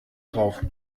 drauf